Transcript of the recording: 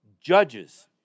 judges